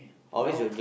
no